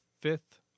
fifth